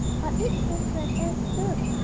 but it came to an end soon,